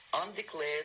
undeclared